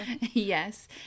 Yes